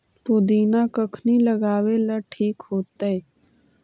पुदिना कखिनी लगावेला ठिक होतइ?